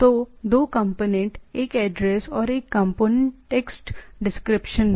तो दो कंपोनेंट एक एड्रेस और कंपोनेंट टेक्स्ट डिस्क्रिप्शन है